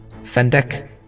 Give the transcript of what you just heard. Fendek